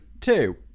two